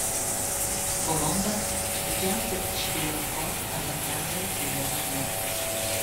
kolombas didžiausias šri lankos arba senojo ceilono miestas